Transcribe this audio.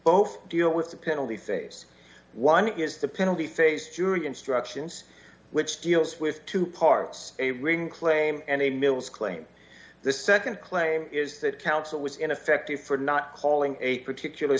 both deal with the penalty phase one is the penalty phase jury instructions which deals with two parts a ring claim and a mills claim the nd claim is that counsel was ineffective for not calling a particular